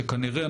שכנראה,